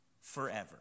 forever